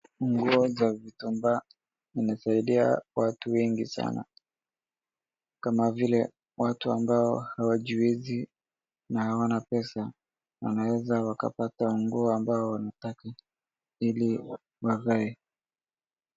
Nguo za vitambaa zimesaidia watu wengi sana kama vile watu ambao hawajiwezi na hawana pesa wanaweza wakapata nguo ambayo wanataka ili wavae.